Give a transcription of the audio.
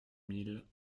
mille